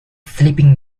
sleeping